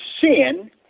sin